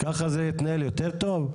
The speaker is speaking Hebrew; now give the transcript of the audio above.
כך זה יתנהל יותר טוב?